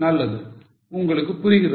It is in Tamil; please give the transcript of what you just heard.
நல்லது உங்களுக்கு புரிகிறது